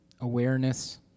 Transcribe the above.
awareness